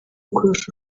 kurusha